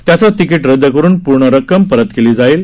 त्याचं तिकिट रद्द करुन पूर्ण रक्कम रत केली जाईल